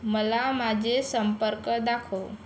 मला माझे संपर्क दाखव